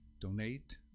Donate